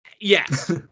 Yes